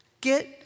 Get